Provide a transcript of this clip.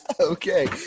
Okay